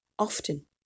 often